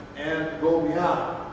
and go beyond.